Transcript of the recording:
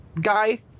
Guy